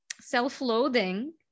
self-loathing